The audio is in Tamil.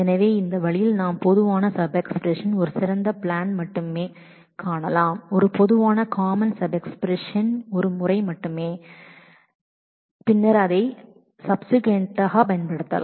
எனவே இந்த வழியில் நாம் பொதுவான சப் எக்ஸ்பிரஸன் செய்ய முடியும் ஒரு சப் எஸ்பிரஸின் ஒரு முறை மட்டுமே செய்ய சிறந்த பிளான் மட்டுமே காணலாம் ஒரு பொதுவான பிளான் பின்னர் அதை தொடர்ச்சியாக பயன்படுத்தவும்